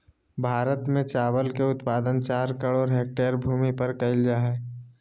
भारत में चावल के उत्पादन चार करोड़ हेक्टेयर भूमि पर कइल जा हइ